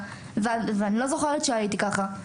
ואני לא זוכרת שהייתי ככה,